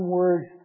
words